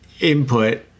input